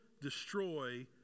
destroy